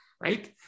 Right